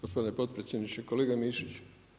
Gospodine potpredsjedniče, kolega Mišiću.